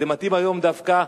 זה מתאים היום דווקא,